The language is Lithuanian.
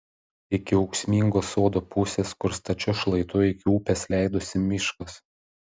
iki ūksmingos sodo pusės kur stačiu šlaitu iki upės leidosi miškas